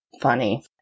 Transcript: funny